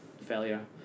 failure